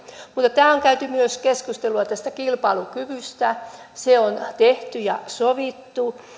mutta täällä on käyty myös keskustelua tästä kilpailukyvystä se on tehty ja sovittu